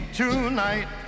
tonight